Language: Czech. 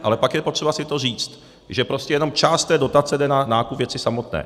Ale pak je potřeba si to říct, že prostě jenom část té dotace jde na nákup věci samotné.